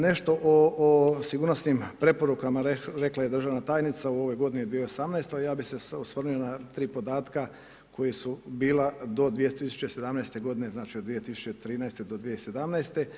Nešto o sigurnosnim preporukama rekla je i državna tajnica u ovoj godini 2018., ja bi se osvrnuo na tri podatka koja su bila do 2017. g. znači od 2013. do 2017.